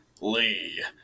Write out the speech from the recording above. Lee